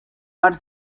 are